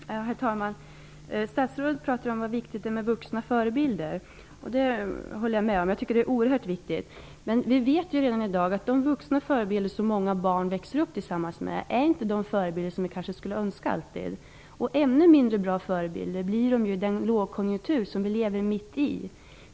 Herr talman! Statsrådet talar om hur viktigt det är med vuxna förebilder. Det håller jag med om. Det är oerhört viktigt. Men vi vet ju att de vuxna förebilder som många barn växer upp tillsammans med inte alltid är de förebilder som vi kanske skulle önska. De blir ännu mindre bra förebilder i den lågkonjunktur som vi lever mitt i.